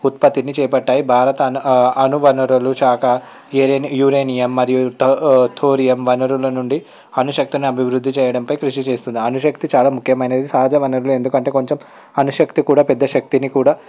ఉత్పత్తిని చేపట్టాయి భారత అనువనరులు శాఖ యురేనియం మరియు థోరియుమ్ వనరుల నుండి అను శక్తిని అభివృద్ధి చేయడంపై కృషి చేస్తుంది అను శక్తి చాలా ముఖ్యమైనది సహజ వనరులు ఎందుకంటే కొంచెం అను శక్తి కూడా పెద్దశక్తిని కూడా